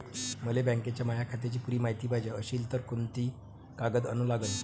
मले बँकेच्या माया खात्याची पुरी मायती पायजे अशील तर कुंते कागद अन लागन?